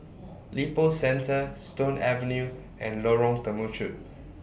Lippo Centre Stone Avenue and Lorong Temechut